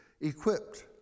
equipped